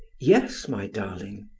yes, my darling.